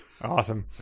Awesome